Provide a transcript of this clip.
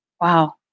Wow